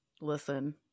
listen